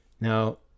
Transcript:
Now